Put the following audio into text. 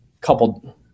couple